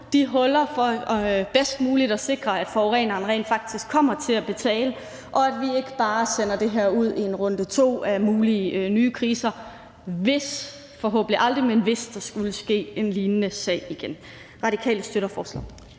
de huller for bedst muligt at sikre, at forureneren rent faktisk kommer til at betale, og at vi ikke bare sender det her ud i en runde to af mulige nye kriser, hvis, det sker forhåbentlig aldrig, men hvis der skulle